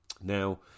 Now